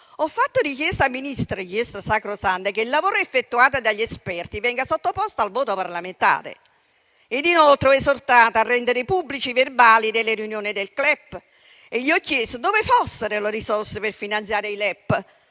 Ho fatto richiesta al Ministro - richiesta sacrosanta - che il lavoro effettuato dagli esperti venga sottoposto al voto parlamentare e inoltre ho esortato a rendere pubblici i verbali delle riunioni del CLEP e gli ho chiesto dove fossero le risorse per finanziare i LEP,